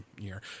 year